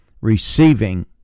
receiving